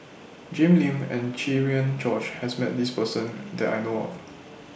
Jim Lim and Cherian George has Met This Person that I know of